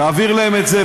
תעביר להם את זה.